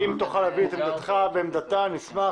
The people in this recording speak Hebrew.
אם תוכל להביא את עמדתך ואת עמדתה, נשמח.